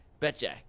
BetJack